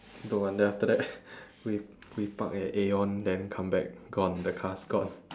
don't want then after that we we park at Aeon then come back gone the car's gone